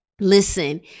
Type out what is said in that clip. Listen